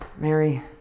Mary